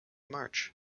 march